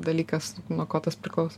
dalykas nuo ko tas priklauso